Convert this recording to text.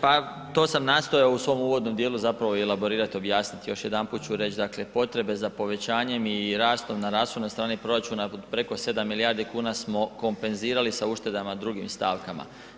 Pa to sam nastojao u svom uvodnom dijelu zapravo i elaborirat, još jedanput ću reći, dakle potrebe za povećanjem i rastom na rashodnoj strani proračuna preko 7 milijardi kuna smo kompenzirali sa uštedama drugim stavkama.